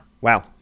Wow